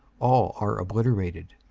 all are obliterated.